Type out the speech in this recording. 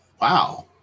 wow